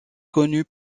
connus